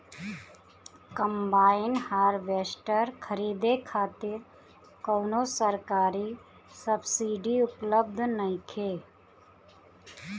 Combine harvester खरीदे खातिर कउनो सरकारी सब्सीडी उपलब्ध नइखे?